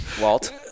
Walt